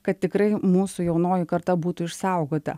kad tikrai mūsų jaunoji karta būtų išsaugota